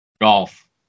golf